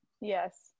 Yes